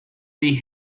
they